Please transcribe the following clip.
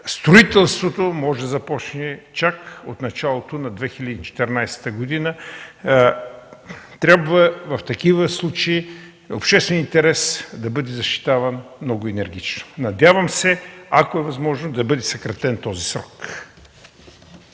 строителството може да започне чак от началото на 2014 г. В такива случаи общественият интерес трябва да бъде защитаван много енергично. Надявам се, ако е възможно, да бъде съкратен този срок.